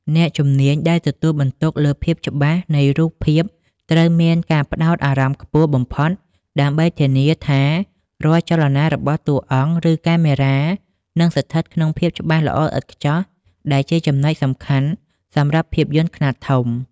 អ្នកជំនាញដែលទទួលបន្ទុកលើភាពច្បាស់នៃរូបភាពត្រូវមានការផ្ដោតអារម្មណ៍ខ្ពស់បំផុត ដើម្បីធានាថារាល់ចលនារបស់តួអង្គ ឬកាមេរ៉ានឹងស្ថិតក្នុងភាពច្បាស់ល្អឥតខ្ចោះ ដែលជាចំណុចសំខាន់សម្រាប់ភាពយន្តខ្នាតធំ។